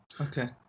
Okay